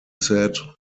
said